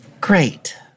Great